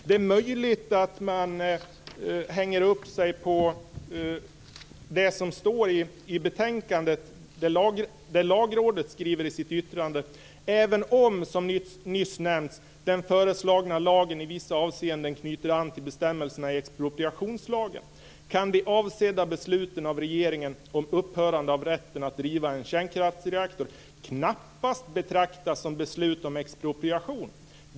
Det är möjligt att man hänger upp sig på det som står i betänkandet, där Lagrådet i sitt yttrande skriver: Även om, som nyss nämnts, den föreslagna lagen i vissa avseenden knyter an till bestämmelserna i expropriationslagen, kan de avsedda besluten av regeringen om upphörande av rätten att driva en kärnkraftsreaktor knappast betraktas som beslut om expropriation.